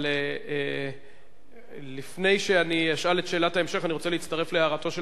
אבל לפני שאני אשאל את שאלת ההמשך אני רוצה להצטרף להערתו של